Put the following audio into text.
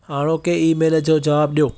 हाणोके ईमेल जो जवाबु ॾियो